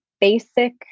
basic